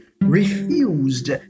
refused